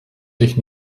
sich